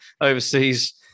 overseas